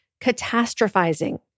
catastrophizing